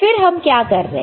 फिर हम क्या कर रहे हैं